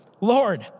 Lord